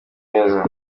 nimeza